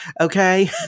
okay